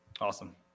Awesome